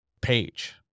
page